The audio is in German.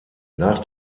nach